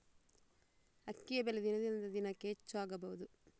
ಅಕ್ಕಿಯ ಬೆಲೆ ದಿನದಿಂದ ದಿನಕೆ ಹೆಚ್ಚು ಆಗಬಹುದು?